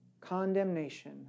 condemnation